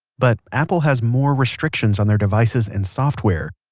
but apple has more restrictions on their devices and software,